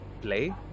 play